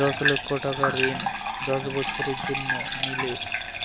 দশ লক্ষ টাকার ঋণ দশ বছরের জন্য নিলে